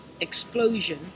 explosion